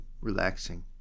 relaxing